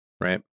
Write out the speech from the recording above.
right